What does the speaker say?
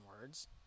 words